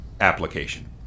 application